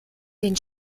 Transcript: den